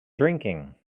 drinking